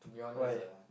why